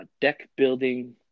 deck-building